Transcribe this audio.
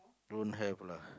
don't have lah